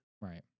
Right